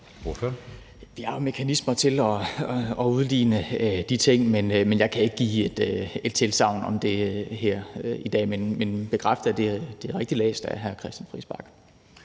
(S): Vi har jo mekanismer til at udligne de ting, men jeg kan ikke give et tilsagn om det her i dag. Men jeg kan bekræfte, at det er rigtigt læst af hr. Christian Friis Bach.